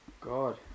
god